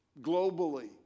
globally